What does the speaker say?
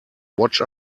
watch